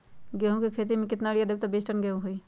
गेंहू क खेती म केतना यूरिया देब त बिस टन गेहूं होई?